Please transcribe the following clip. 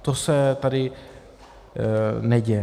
To se tady neděje.